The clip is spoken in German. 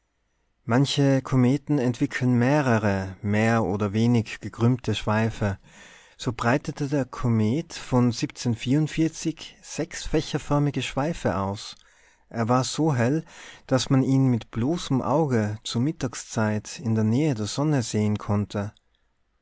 manche kometen entwickeln mehrere mehr oder wenig gekrümmte schweife so breitete der komet von sechs fächerförmige schweife aus er war so hell daß man ihn mit bloßem auge zur mittagszeit in der nähe der sonne sehen konnte